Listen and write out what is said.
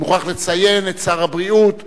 אני מוכרח לציין את שר הבריאות ליצמן,